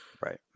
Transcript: Right